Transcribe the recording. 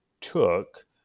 took